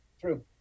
True